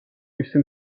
მისი